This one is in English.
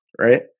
right